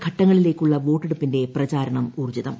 ഘട്ടങ്ങളിലേക്കുള്ള വോട്ടെടുപ്പിന്റെ പ്രചാരണം ഊർജ്ജിതം